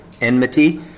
enmity